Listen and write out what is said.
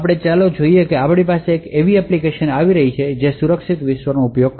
ચાલો આપણે કહીએ કે આપણી પાસે એક એપ્લિકેશન છે જે સુરક્ષિત વિશ્વનો ઉપયોગ કરે છે